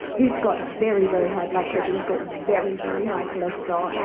who's got very, very high blood pressure, who's got very, very high cholesterol, and